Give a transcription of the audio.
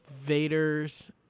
Vader's